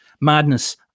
Madness